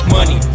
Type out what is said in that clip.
Money